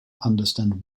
understand